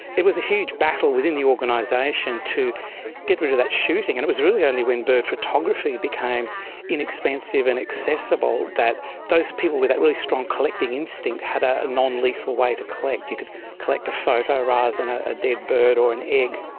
it was a huge battle within the organisation to get rid of that shooting, and it was really only when bird photography became inexpensive and accessible that those people with that really strong collecting instinct had a nonlethal way to collect. you could collect a photo rather than a a dead bird or an egg.